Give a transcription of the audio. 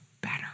better